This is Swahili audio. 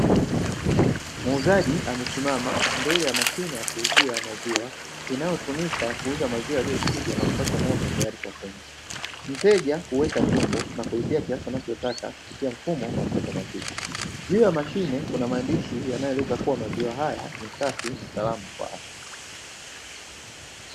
Muuzaji amesimama mbele ya mashine ya kuuzia maziwa, inayotumika kuuza mazima yaliyochujwa na kupaswa mto tayari kwa kunywa. Mteja huweka na kulipia kiasi anachotaka kupitia mfumo